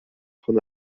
von